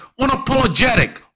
unapologetic